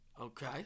Okay